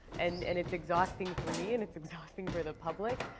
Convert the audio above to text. and and it's exhausting for me, and it's exhausting for the public.